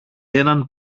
έναν